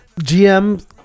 GM